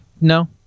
no